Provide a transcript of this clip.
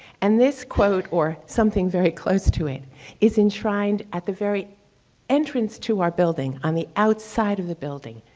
and this quote or something very close to it is enshrined at the very entrance to our building, on the outside of the building.